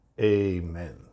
Amen